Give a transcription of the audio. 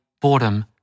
boredom